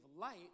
light